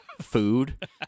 food